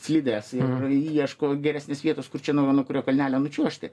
slides ir ieško geresnės vietos kur čia nuo nuo kurio kalnelio čiuožti